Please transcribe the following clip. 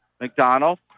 McDonald